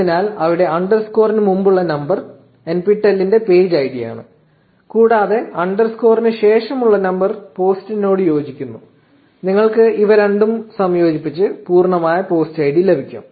അതിനാൽ ഇവിടെ അണ്ടർസ്കോറിന് മുമ്പുള്ള നമ്പർ NPTEL ന്റെ പേജ് ഐഡിയാണ് കൂടാതെ അണ്ടർസ്കോറിന് ശേഷമുള്ള നമ്പർ പോസ്റ്റിനോട് യോജിക്കുന്നു നിങ്ങൾക്ക് ഇവ രണ്ടും സംയോജിപ്പിച്ച് പൂർണ്ണമായ പോസ്റ്റ് ഐഡി ലഭിക്കും